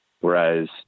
Whereas